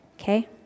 okay